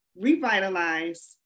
revitalize